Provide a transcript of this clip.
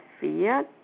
fear